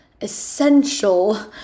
essential